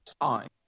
time